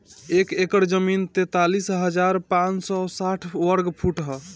एक एकड़ जमीन तैंतालीस हजार पांच सौ साठ वर्ग फुट ह